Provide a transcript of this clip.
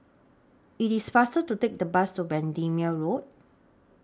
IT IS faster to Take The Bus to Bendemeer Road